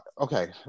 okay